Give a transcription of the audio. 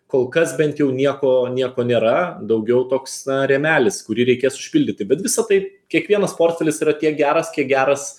kol kas bent jau nieko nieko nėra daugiau toks rėmelis kurį reikės užpildyti bet visa tai kiekvienas portfelis yra tiek geras kiek geras